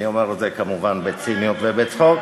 אני אומר את זה כמובן בציניות ובצחוק.